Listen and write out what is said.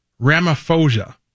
Ramaphosa